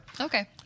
Okay